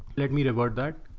let me reword that